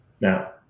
Now